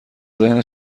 ذهن